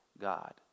God